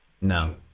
No